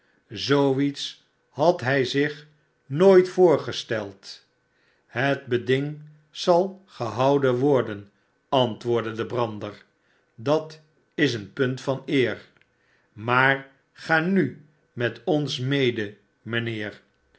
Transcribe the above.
iets had hij zich nooit voorgesteld het beding zal gehouden worden antwoordde de brander dat is een punt van eer maar ga nu met ons mede